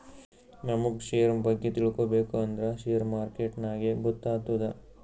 ನಮುಗ್ ಶೇರ್ ಬಗ್ಗೆ ತಿಳ್ಕೋಬೇಕು ಅಂದ್ರ ಶೇರ್ ಮಾರ್ಕೆಟ್ ನಾಗೆ ಗೊತ್ತಾತ್ತುದ